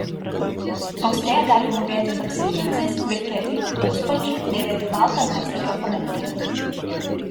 austėja gali mūvėti tamsiais džinsais vilkėti juodu puspalčiu dėvėti baltą megztą kepuraitę